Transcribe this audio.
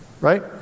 right